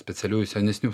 specialiųjų senesnių